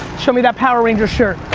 show me that power rangers shirt.